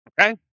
Okay